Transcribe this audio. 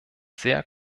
sehr